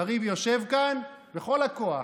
קריב יושב כאן ובכל הכוח